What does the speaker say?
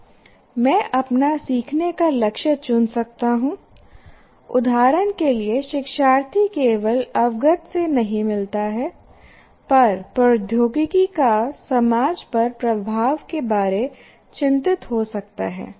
मैं अपना सीखने का लक्ष्य चुन सकता हूं उदाहरण के लिए शिक्षार्थी केवल अवगत से नहीं मिलता है पर प्रौद्योगिकी का समाज पर प्रभाव के बारे चिंतित हो सकता हैं